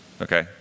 Okay